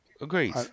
agreed